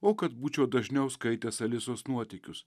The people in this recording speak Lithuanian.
o kad būčiau dažniau skaitęs alisos nuotykius